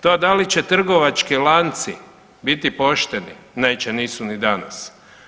To da li će trgovački lanci biti pošteni neće, nisu ni danas.